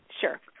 Sure